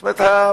זאת אומרת,